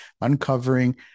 uncovering